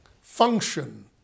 function